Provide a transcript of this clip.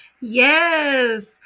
Yes